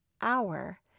hour